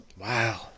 Wow